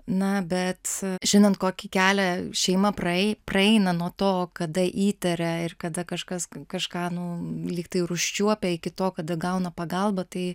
na bet žinant kokį kelią šeima praei praeina nuo to kada įtaria ir kada kažkas kažką nu lyg tai ir užčiuopia iki to kada gauna pagalbą tai